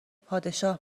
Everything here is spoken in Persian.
پادشاه